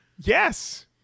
Yes